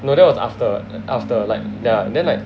no that was after after like like then like